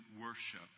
worship